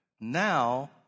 Now